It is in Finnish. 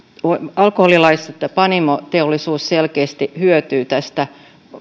alkoholilaissa panimoteollisuus selkeästi hyötyy tästä